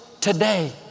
Today